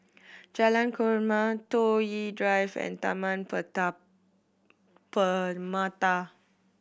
Jalan Korma Toh Yi Drive and Taman Permata